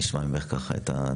נשמע ממך את התמונה.